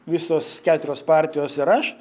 visos keturios partijos ir aš